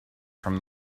from